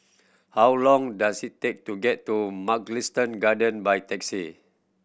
how long does it take to get to Mugliston Garden by taxi